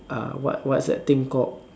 uh what's what's that thing called